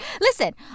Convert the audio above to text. listen